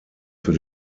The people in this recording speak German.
für